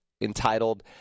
entitled